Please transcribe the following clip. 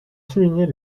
souligner